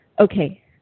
Okay